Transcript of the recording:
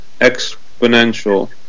exponential